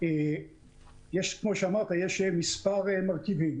כמו שאמרת, יש מספר מרכיבים.